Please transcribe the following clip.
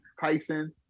Tyson